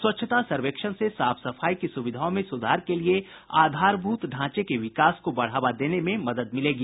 स्वच्छता सर्वेक्षण से साफ सफाई की सुविधाओं में सुधार के लिए आधारभूत ढांचे के विकास को बढ़ावा देने में मदद मिलेगी